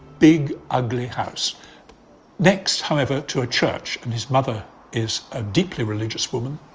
big ugly house next, however, to a church. and his mother is a deeply religious woman.